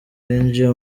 yinjiye